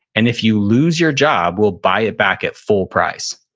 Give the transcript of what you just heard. and if you lose your job, we'll buy it back at full price.